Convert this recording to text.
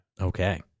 Okay